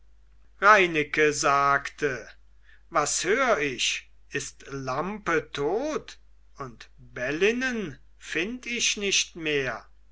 reineke sagte was hör ich ist lampe tot und bellynen find ich nicht mehr